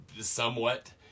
somewhat